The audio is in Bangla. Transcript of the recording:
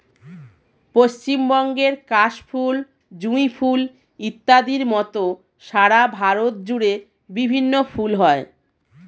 পশ্চিমবঙ্গের কাশ ফুল, জুঁই ফুল ইত্যাদির মত সারা ভারত জুড়ে বিভিন্ন ফুল হয়